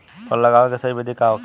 फल लगावे के सही विधि का होखेला?